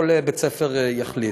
כל בית-ספר יחליט.